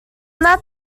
that